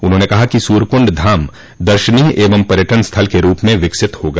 उन्होंने कहा कि सूर्यकुण्ड धाम दर्शनीय एवं पर्यटन स्थल के रूप में विकसित होगा